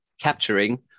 capturing